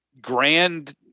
grand